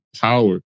power